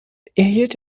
erhielt